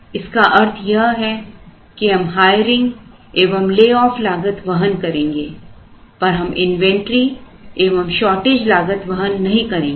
इसका अर्थ यह है कि हम हायरिंग एवं लेइंग ऑफ लागत वहन करेंगे पर हम इन्वेंटरी एवं शॉर्टेज inventory shortage लागत वहन नहीं करेंगे